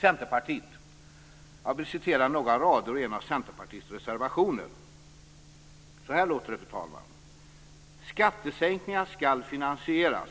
Centerpartiet säger i en av sina reservationer: "Skattesänkningar skall finansieras.